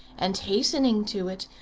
and hastening to it,